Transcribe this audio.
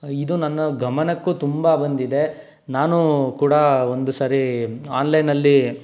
ಇದು ನನ್ನ ಗಮನಕ್ಕೂ ತುಂಬ ಬಂದಿದೆ ನಾನು ಕೂಡ ಒಂದು ಸರಿ ಆನ್ಲೈನಲ್ಲಿ